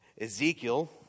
Ezekiel